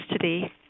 today